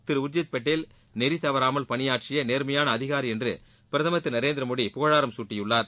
திரு உர்ஜித் பட்டேல் நெறி தவறாமல் பணியாற்றிய நேர்மையான அதிகாரி என்று பிரதமர் திரு நரேந்திர மோடி புகழாரம் சூட்டியுள்ளார்